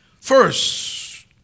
First